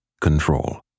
control